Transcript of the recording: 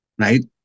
Right